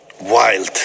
wild